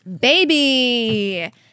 baby